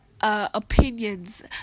opinions